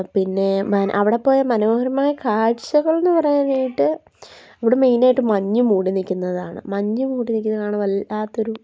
പിന്നേ അവിടെ പോയാൽ മനോഹരമായ കാഴ്ചകളെന്ന് പറയാനായിട്ട് അവിടെ മെയ്നായിട്ട് മഞ്ഞ് മൂടി നിൽക്കുന്നതാണ് മഞ്ഞ് മൂടി നിൽക്കുന്ന കാണാൻ വല്ലാത്തൊരു